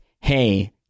hey